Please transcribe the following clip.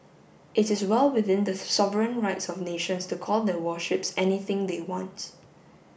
it is well within the sovereign rights of nations to call their warships anything they wants